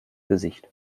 gesicht